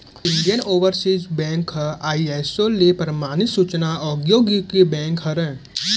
Indian overseas bank ह ISO ले परमानित सूचना प्रौद्योगिकी बेंक हरय